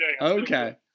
Okay